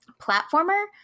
platformer